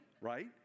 right